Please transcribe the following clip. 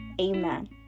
Amen